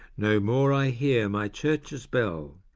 no more i hear my churches bell,